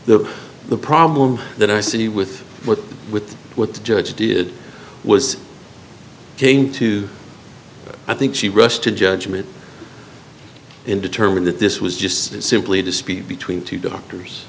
the the problem that i see with what with what the judge did was came to i think she rushed to judgment and determined that this was just simply to speed between two doctors